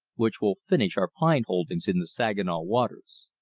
which will finish our pine holdings in the saginaw waters.